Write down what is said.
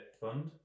fund